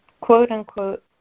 quote-unquote